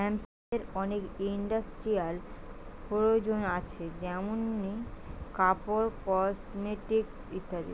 হেম্পের অনেক ইন্ডাস্ট্রিয়াল প্রয়োজন আছে যেমনি কাপড়, কসমেটিকস ইত্যাদি